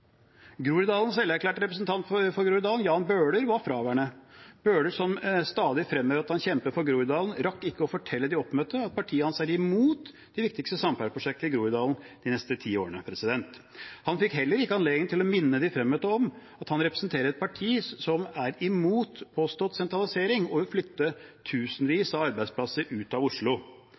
Selverklært representant for Groruddalen, Jan Bøhler, var fraværende. Bøhler, som stadig fremhever at han kjemper for Groruddalen, rakk ikke å fortelle de oppmøtte at partiet hans er imot de viktigste samferdselsprosjektene i Groruddalen de neste ti årene. Han fikk heller ikke anledning til å minne de fremmøtte om at han representerer et parti som er imot påstått sentralisering og vil flytte tusenvis av arbeidsplasser ut av Oslo.